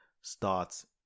starts